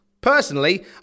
Personally